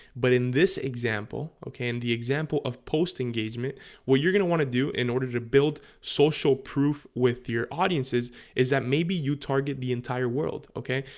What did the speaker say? but in this example, okay? and the example of post engagement what you're gonna want to do in order to build social proof with your audiences is that maybe you target the entire world okay?